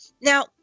Now